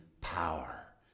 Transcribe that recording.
power